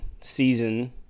season